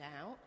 out